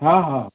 ହଁ ହଁ